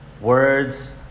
Words